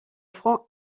front